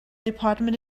department